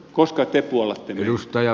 koska te puollatte meitä